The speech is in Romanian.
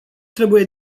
trebuie